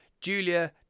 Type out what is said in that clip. julia